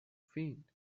فین